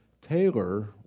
Taylor